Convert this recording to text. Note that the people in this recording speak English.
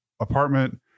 apartment